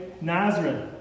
Nazareth